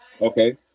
Okay